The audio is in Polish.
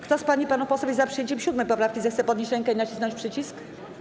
Kto z pań i panów posłów jest za przyjęciem 7. poprawki, zechce podnieść rękę i nacisnąć przycisk.